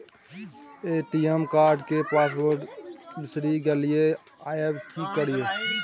ATM card के password बिसरि गेलियै आबय की करियै?